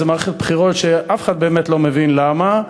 מערכת בחירות ואף אחד באמת לא מבין למה.